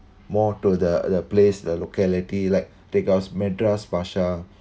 more to the the place the locality like take us madras bashar